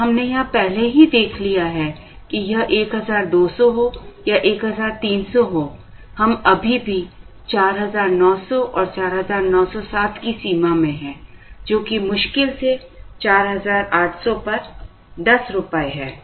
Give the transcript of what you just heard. और हमने यहाँ पहले ही देख लिया है कि यह 1200 हो या 1300 हो हम अभी भी 4900 से 4907 की सीमा में हैं जो कि मुश्किल से 4800 पर 10 रुपये है